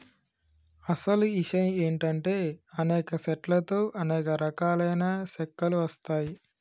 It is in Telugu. అసలు ఇషయం ఏంటంటే అనేక సెట్ల తో అనేక రకాలైన సెక్కలు వస్తాయి